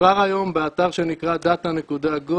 וכבר היום באתר שנקרא data.gov,